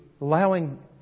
allowing